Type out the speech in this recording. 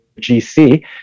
GC